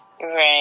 Right